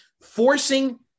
forcing